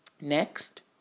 Next